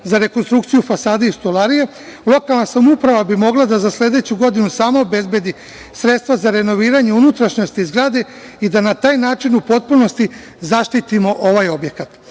za rekonstrukciju fasade i stolarije, lokalna samouprava bi mogla da za sledeću godinu sama obezbedi sredstva za renoviranje unutrašnjosti zgrade i da na taj način u potpunosti zaštitimo ovaj objekat. Na